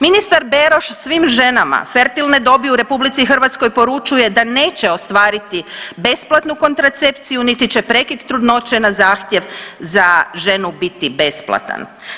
Ministar Beroš svim ženama fertilne dobi u RH poručuje da neće ostvariti besplatnu kontracepciju niti će prekid trudnoće na zahtjev za ženu biti besplatan.